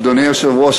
אדוני היושב-ראש,